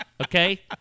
Okay